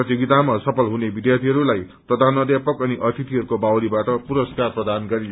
प्रतियोगितामा सफल हुने विध्यार्थीहरूलाई प्रथाध्यापक अनि अतिथिहरूको बाहुलीबाट पुरस्कार प्रदान गरियो